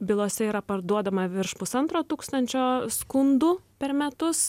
bylose yra parduodama virš pusantro tūkstančio skundų per metus